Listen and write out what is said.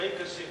חיים קשה.